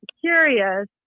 curious